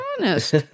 honest